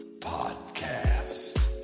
Podcast